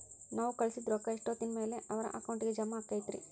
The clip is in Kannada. ನಾವು ಕಳಿಸಿದ್ ರೊಕ್ಕ ಎಷ್ಟೋತ್ತಿನ ಮ್ಯಾಲೆ ಅವರ ಅಕೌಂಟಗ್ ಜಮಾ ಆಕ್ಕೈತ್ರಿ?